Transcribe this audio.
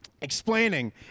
explaining